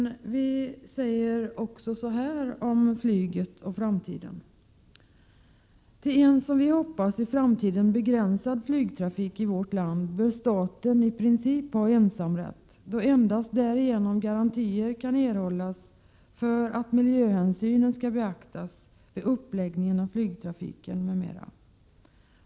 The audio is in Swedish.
Där säger vi följande om flyget och framtiden: ”Till en, som vi hoppas, i framtiden begränsad flygtrafik i vårt land bör staten i princip ha ensamrätt, då endast därigenom garantier kan erhållas för att miljöhänsyn beaktas vid uppläggningen av flygtrafiken m.m.